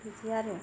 बिदि आरो